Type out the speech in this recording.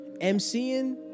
MCing